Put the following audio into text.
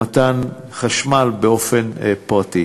למתן חשמל באופן פרטי,